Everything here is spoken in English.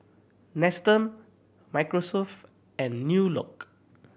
Nestum Microsoft and New Look